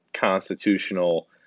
constitutional